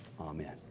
Amen